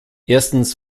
erstens